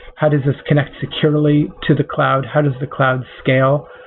how does this connect securely to the cloud? how does the cloud scale?